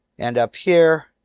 and up here.